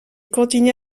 continue